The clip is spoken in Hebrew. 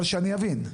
אבל שאני אבין.